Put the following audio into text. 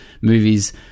movies